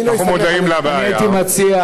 אני הייתי מציע,